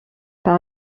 par